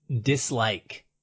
dislike